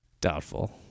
Doubtful